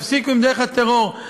תפסיקו את דרך הטרור.